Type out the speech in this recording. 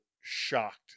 shocked